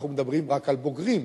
אנחנו מדברים רק על בוגרים.